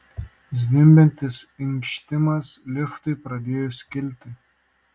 zvimbiantis inkštimas liftui pradėjus kilti